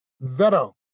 Veto